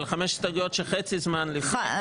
אבל חמש הסתייגויות שחצי זמן לפני וחצי אחרי.